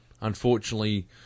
unfortunately